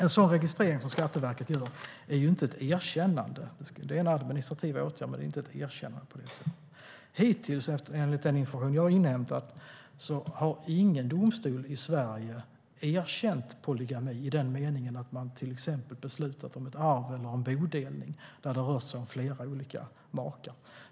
En sådan registrering som Skatteverket gör är inte ett erkännande utan en administrativ åtgärd. Enligt den information jag har inhämtat har ingen domstol i Sverige hittills erkänt polygami i den meningen att man till exempel har beslutat om ett arv eller en bodelning när det rör sig om flera olika makar.